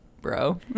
bro